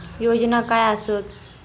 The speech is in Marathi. योजना काय आसत?